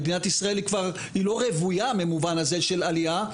מדינת ישראל לא רוויה במובן הזה של עלייה,